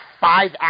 five